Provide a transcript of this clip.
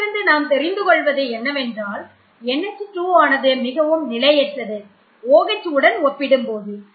இதிலிருந்து நாம் தெரிந்து கொள்வது என்னவென்றால் NH2 ஆனது மிகவும் நிலையற்றது OH உடன் ஒப்பிடும்போது